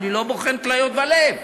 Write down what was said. אני לא בוחן כליות ולב,